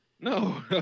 no